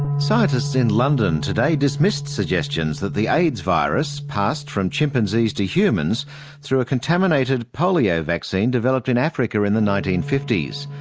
scientists in london today dismissed suggestions that the aids virus passed from chimpanzees to humans through a contaminated polio vaccine developed in africa in the nineteen fifty s.